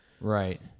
Right